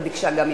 וביקשה גם ממני,